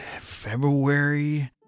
February